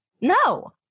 No